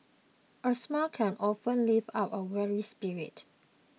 a smile can often lift up a weary spirit